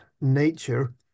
nature